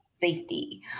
safety